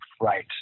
Right